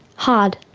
hard.